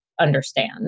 understand